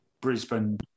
Brisbane